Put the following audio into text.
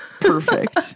perfect